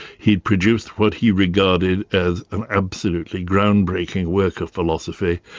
he'd produced what he regarded as an absolutely groundbreaking work of philosophy,